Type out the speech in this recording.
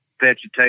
vegetation